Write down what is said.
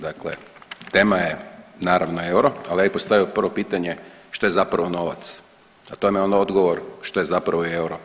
Dakle, tema je naravno euro, ali bi ja postavio prvo pitanje što je zapravo novac, a to vam je onaj odgovor što je zapravo euro.